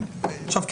עכשיו,